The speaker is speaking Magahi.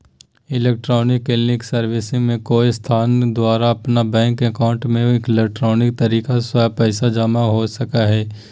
इलेक्ट्रॉनिक क्लीयरिंग सर्विसेज में कोई संस्थान द्वारा अपन बैंक एकाउंट में इलेक्ट्रॉनिक तरीका स्व पैसा जमा हो सका हइ